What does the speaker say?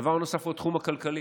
הדבר הנוסף הוא התחום הכלכלי,